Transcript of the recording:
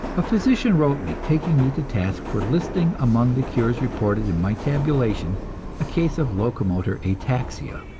a physician wrote me, taking me to task for listing among the cures reported in my tabulation a case of locomotor ataxia.